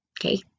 okay